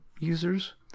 users